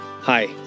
Hi